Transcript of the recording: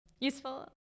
useful